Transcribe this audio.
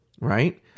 Right